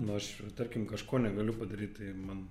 nu aš tarkim kažko negaliu padaryt tai man